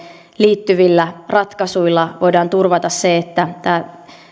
liittyvillä ratkaisuilla voidaan turvata se